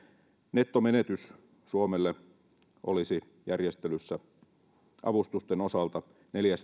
nettomenetys suomelle olisi järjestelyssä avustusten osalta neljä